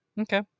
Okay